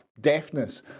deafness